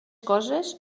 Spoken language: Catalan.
coses